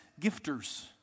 gifters